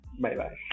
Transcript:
Bye-bye